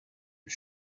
and